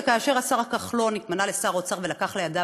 כאשר השר כחלון נתמנה לשר אוצר ולקח לידיו